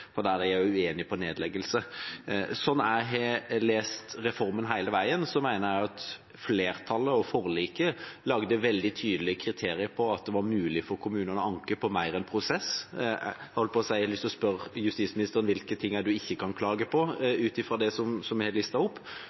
der de er uenig i nedleggelse. Slik jeg har lest reformen hele veien, mener jeg at flertallet og forliket lagde veldig tydelige kriterier på at det var mulig for kommunene å anke på mer enn prosess. Jeg har lyst til å spørre justisministeren hvilke ting en ikke kan klage på, ut ifra det som er listet opp.